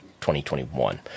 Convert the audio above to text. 2021